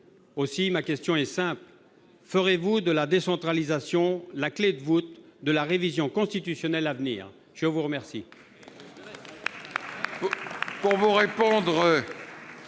Aussi, ma question est simple : ferez-vous de la décentralisation la clé de voûte de la révision constitutionnelle à venir ? La parole